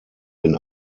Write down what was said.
den